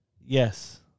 yes